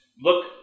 look